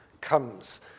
comes